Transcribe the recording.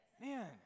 man